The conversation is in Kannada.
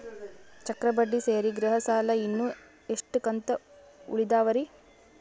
ಚಕ್ರ ಬಡ್ಡಿ ಸೇರಿ ಗೃಹ ಸಾಲ ಇನ್ನು ಎಷ್ಟ ಕಂತ ಉಳಿದಾವರಿ?